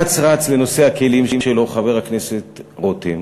אץ רץ לנושא הכלים שלו, חבר הכנסת רותם,